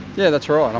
yeah, that's right. and